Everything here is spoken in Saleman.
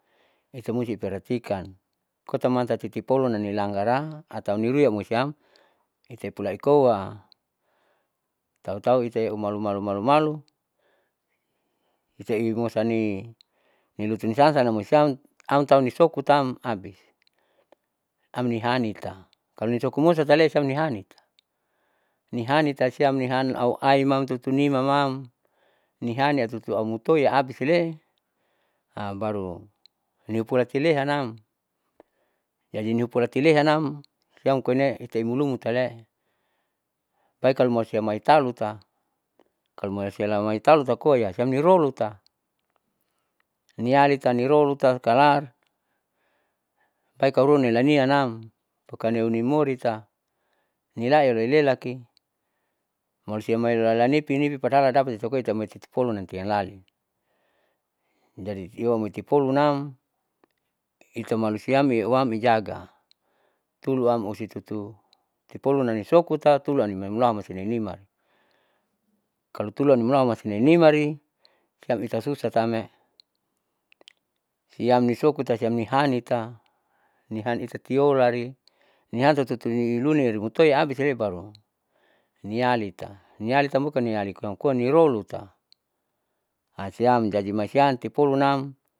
Itamusti iperhatikan kotama tati nipolun nanilangara atau nirui amoy siam itae pulaikoa tautau itaeu malu malu itaeu mosani nilutunisasa anamoisiam amtau nisokutam abis, amnihanita kalonitokomosa salesamnihaniti nihani tasiam auainam tutunimamam nihani aututu mutoi abitile baru niupulatinehanam, jadi niupolatinehanam siam koine itanimulumutale bai kalo malusiam maiitaluta kalo malusia lamoitalo takoa siam niroluta nialita niroluta kalar bai kalo luan niranianam pokalo loinimorita nilai loilelaki malusia mailalanipinipi padaha lanidapat ti amoi titin polun sam nialalin, jai iuwoi tapulunam ita malusiam oiam ijaga tuluam usitutu tipoluna nisosuta nanimulaman sioinima kalo tulu animulaman noinimari siam itasusatame siam nisokutam siamnihanitam nihani tatiorali nian tutuilunia imutoi abisile baru nialita, nialitambukan niali samkoa nirolu siam jadi maisiam tipolunam.